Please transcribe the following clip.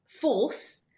force